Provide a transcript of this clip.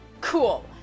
Cool